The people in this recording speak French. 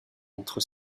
entre